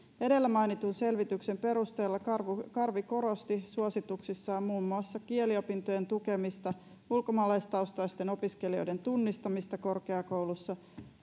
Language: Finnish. edellä mainitun selvityksen perusteella karvi karvi korosti suosituksissaan muun muassa kieliopintojen tukemista ja ulkomaalaistaustaisten opiskelijoiden tunnistamista korkeakouluissa